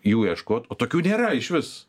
jų ieškot o tokių nėra išvis